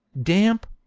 damp,